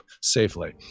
safely